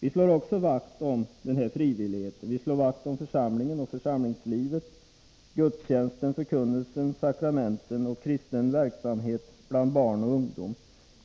Vi slår också vakt om frivilligheten. Vi slår vakt om församlingen och församlingslivet, gudstjänsten, förkunnelsen, sakramenten och kristen verksamhet bland barn och ungdom.